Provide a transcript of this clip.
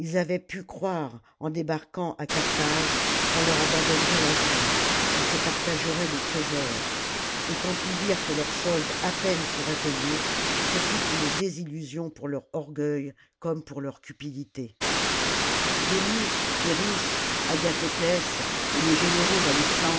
avaient pu croire en débarquant à carthage qu'on leur abandonnerait la ville qu'ils se partageraient des trésors et quand ils virent que leur solde à peine serait payée ce fut une désillusion pour leur orgueil comme pour leur cupidité denys pyrrhus agathoclès et les généraux d'alexandre